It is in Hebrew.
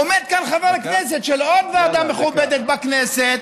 עומד כאן חבר כנסת של עוד ועדה מכובדת בכנסת,